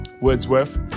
Wordsworth